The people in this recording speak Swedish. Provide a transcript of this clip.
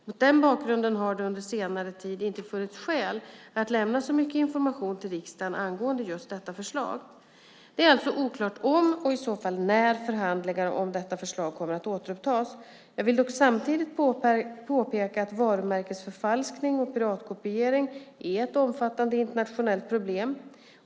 Mot den bakgrunden har det under senare tid inte funnits skäl att lämna så mycket information till riksdagen angående just detta förslag. Det är alltså oklart om och i så fall när förhandlingar om detta förslag kommer att återupptas. Jag vill dock samtidigt påpeka att varumärkesförfalskning och piratkopiering är ett omfattande internationellt problem.